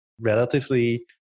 relatively